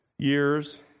years